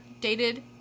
dated